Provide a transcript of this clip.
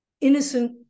innocent